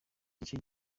icyo